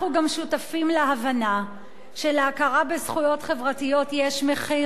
אנחנו גם שותפים להבנה שלהכרה בזכויות חברתיות יש מחיר,